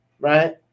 right